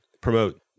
promote